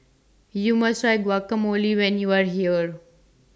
YOU must Try Guacamole when YOU Are here